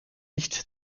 nicht